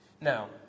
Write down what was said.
Now